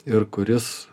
ir kuris